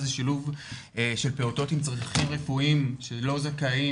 זה שילוב פעוטות עם צרכים רפואיים שלא זכאים